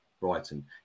Brighton